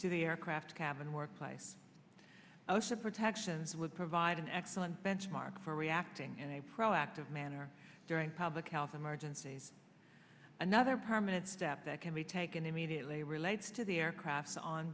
the aircraft cabin workplace osha protections would provide an excellent benchmark for reacting in a proactive manner during public health emergencies another permanent step that can be taken immediately relates to the aircraft on